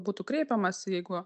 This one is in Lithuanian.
būtų kreipiamasi jeigu